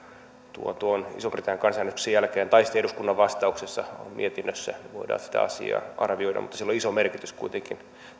tuon ison britannian kansanäänestyksen jälkeen tai sitten eduskunnan vastauksessa mietinnössä voidaan sitä asiaa arvioida mutta sillä on iso merkitys kuitenkin